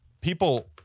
people